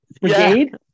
brigade